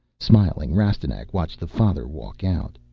smiling, rastignac watched the father walk out.